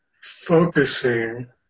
focusing